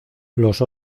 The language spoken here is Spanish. los